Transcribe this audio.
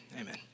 amen